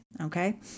Okay